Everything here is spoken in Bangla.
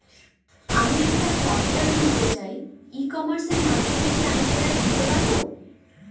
আমি একটা ট্রাক্টর কিনতে চাই ই কমার্সের মাধ্যমে কি আমি সেটা কিনতে পারব?